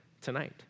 tonight